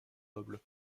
noble